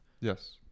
Yes